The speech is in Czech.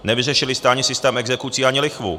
Nevyřešili jste ani systém exekucí ani lichvu.